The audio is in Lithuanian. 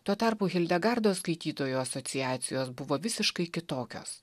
tuo tarpu hildegardos skaitytojų asociacijos buvo visiškai kitokios